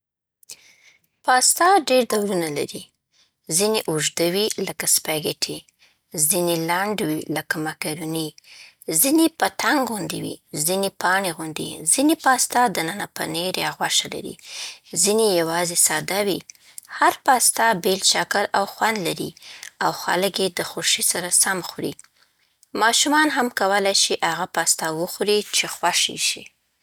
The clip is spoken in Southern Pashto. پاستا ډېر ډولونه لري. ځینې اوږده وي لکه سپاګیټي، ځینې لنډه وي لکه ماکاروني. ځینې پتنګ‌غوندې وي، ځینې پاڼې غوندې. ځینې پاستا دننه پنیر یا غوښه لري، ځینې یوازې ساده وي. هر پاستا بېل شکل او خوند لري، او خلک یې د خوښې سره سم خوري. ماشومان هم کولای شي هغه پاستا وخوري چې خوښ یې شي.